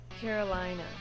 carolina